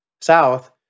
South